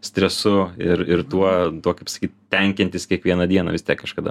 stresu ir ir tuo tuo kaip sakyt tenkintis kiekvieną dieną vis tiek kažkada